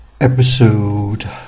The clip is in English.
Episode